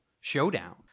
showdown